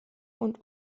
und